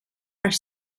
are